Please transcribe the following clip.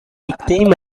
victim